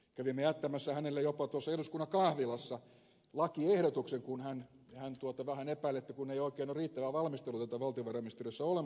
kävimme jättämässä hänelle jopa tuossa eduskunnan kahvilassa lakiehdotuksen kun hän vähän epäili että ei oikein ole riittävää valmistelutaitoa valtiovarainministeriössä olemassa